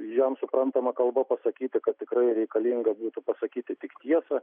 jam suprantama kalba pasakyti kad tikrai reikalinga būtų pasakyti tik tiesą